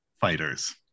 fighters